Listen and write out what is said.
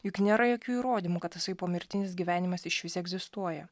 juk nėra jokių įrodymų kad tasai pomirtinis gyvenimas išvis egzistuoja